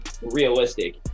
realistic